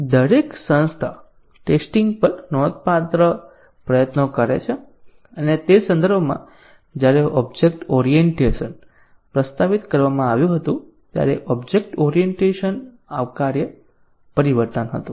દરેક સંસ્થા ટેસ્ટીંગ પર નોંધપાત્ર પ્રયત્નો કરે છે અને તે સંદર્ભમાં જ્યારે ઓબ્જેક્ટ ઓરિએન્ટેશન પ્રસ્તાવિત કરવામાં આવ્યું ત્યારે ઓબ્જેક્ટ ઓરિએન્ટેશન આવકાર્ય પરિવર્તન હતું